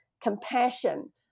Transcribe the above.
compassion